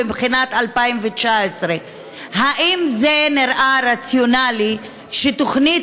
בבחינת 2019. האם זה נראה רציונלי שתוכנית